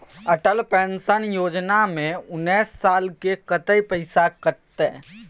Atal pension योजना में उनैस साल के कत्ते पैसा कटते?